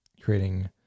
creating